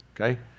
okay